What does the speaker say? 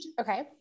Okay